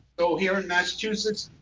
so here in massachusetts,